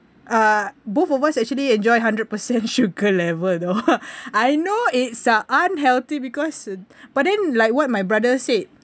uh both of us actually enjoy hundred percent sugar level though I know it's uh unhealthy because but then like what my brother said